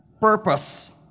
purpose